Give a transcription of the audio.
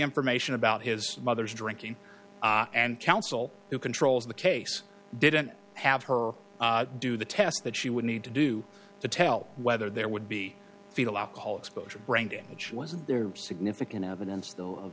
information about his mother's drinking and counsel who controls the case didn't have her do the test that she would need to do to tell whether there would be fetal alcohol exposure brain damage wasn't there significant evidence of